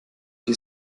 die